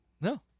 No